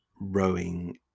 rowing